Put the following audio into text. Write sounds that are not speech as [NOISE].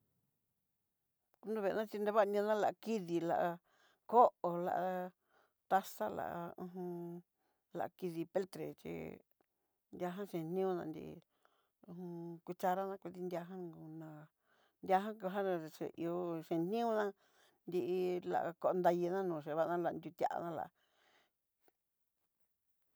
Nuveená xhivana la kidi la'a, koo la taza la uj [HESITATION] la kidi peltre xhí, ñajan xheniona nrí ho cuchara kondindia ján koná ñajan kaja nracheihó cheñioná, nrí la kondayená na noche dava ná nriuti'a na lá.